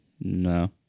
no